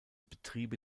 betriebe